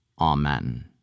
Amen